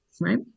right